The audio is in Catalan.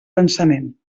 pensament